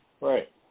Right